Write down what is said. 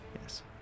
Yes